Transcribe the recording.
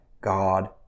God